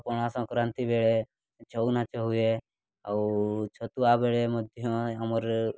ପଣା ସଂକ୍ରାନ୍ତି ବେଳେ ଛଉ ନାଚ ହୁଏ ଆଉ ଛତୁଆ ବେଳେ ମଧ୍ୟ ଆମର